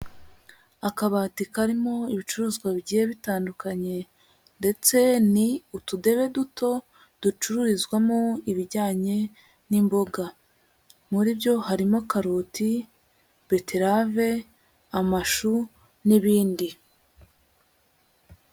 Akabati karimo ibicuruzwa bigiye bitandukanye ndetse ni utudebe duto ducururizwamo ibijyanye n'imboga, muri byo harimo karoti, beterave, amashu n'ibindi.